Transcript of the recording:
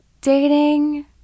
dating